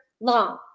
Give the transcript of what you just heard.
long